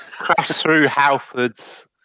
crash-through-Halford's